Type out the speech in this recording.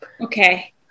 Okay